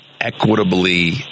equitably